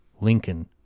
Lincoln